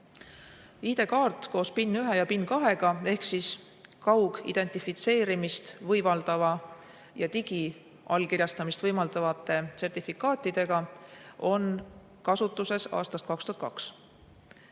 ID-kaart koos PIN-1 ja PIN-2-ga ehk siis kaugidentifitseerimist võimaldava ja digiallkirjastamist võimaldavate sertifikaatidega on kasutuses aastast 2002.